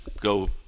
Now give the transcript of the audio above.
go